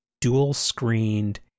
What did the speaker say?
dual-screened